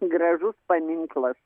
gražus paminklas